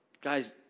guys